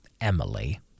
Emily